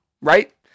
Right